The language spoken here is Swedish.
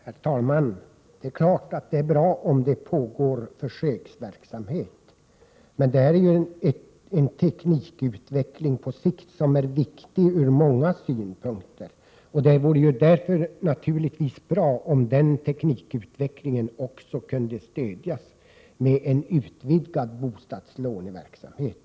Herr talman! Det är klart att det är bra om det pågår en försöksverksamhet. Men här gäller det ju en teknikutveckling på sikt som är viktig ur många synpunkter. Därför vore det naturligtvis bra om den teknikutvecklingen också kunde stödjas med en utvidgad bostadslåneverksamhet.